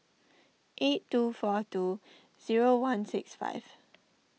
eight two four two zero one six five